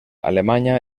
alemanya